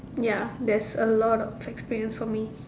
ya there's a lot of experience for me